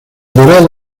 dorado